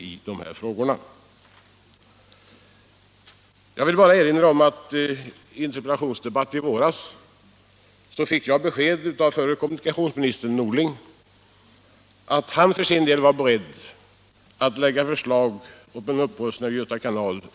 Onsdagen den Jag vill bara erinra om att jag i en interpellationsdebatt i våras fick besked 8 december 1976 av förre kommunikationsministern Norling att han för sin del var beredd att lägga förslag till höstriksdagen om en upprustning av Göta kanal.